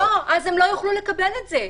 לא, אז הם לא יוכלו לקבל את זה.